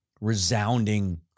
resounding